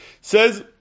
says